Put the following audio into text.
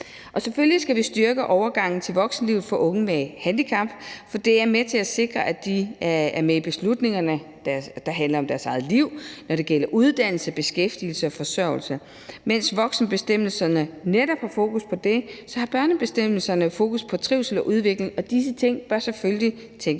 Og selvfølgelig skal vi styrke overgangen til voksenlivet for unge med handicap, for det er med til at sikre, at de er med i de beslutninger, der handler om deres eget liv, når det gælder uddannelse, beskæftigelse og forsørgelse, og mens voksenbestemmelserne netop har fokus på det, har børnebestemmelserne fokus på trivsel og udvikling, og disse ting bør selvfølgelig tænkes